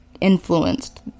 influenced